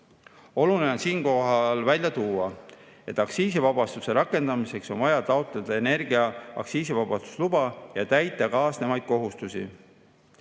Oluline on siinkohal välja tuua, et aktsiisivabastuse rakendamiseks on vaja taotleda energia aktsiisivabastuse luba ja täita kaasnevaid kohustusi.